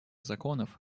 законов